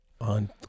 on